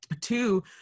Two